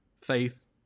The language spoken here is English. faith